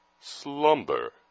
slumber